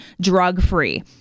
drug-free